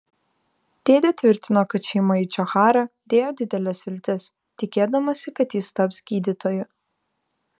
dėdė tvirtino kad šeima į džocharą dėjo dideles viltis tikėdamasi kad jis taps gydytoju